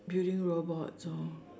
building robots or